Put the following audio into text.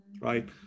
right